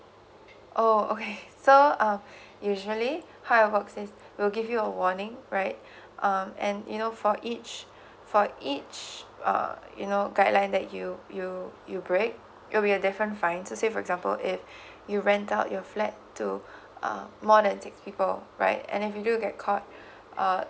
oh okay so uh usually how it works is we'll give you a warning right um and you know for each for each uh you know guideline that you you you break it'll be a different fine so say for example if you rent out your flat to uh more than six people right and if you do get caught uh